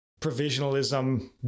provisionalism